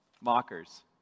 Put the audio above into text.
mockers